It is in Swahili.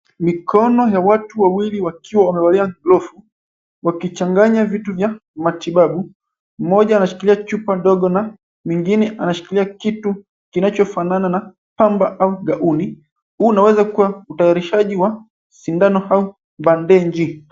Mikono ya watu wawili wakiwa wamevalia glovu wakichanganya vitu vya matibabu mmoja anashikilia chupa ndogo na mwingine anashikilia kitu kinachofanana na pamba au gauni huu unaweza kua utayarishaji wa sindano au bendeji.